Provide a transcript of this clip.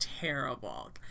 terrible